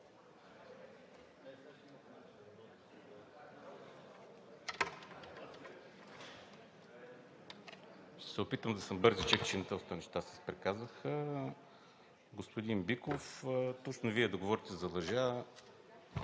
Ще се опитам да съм бързичък, че доста неща се изприказваха. Господин Биков, точно Вие да говорите за лъжа.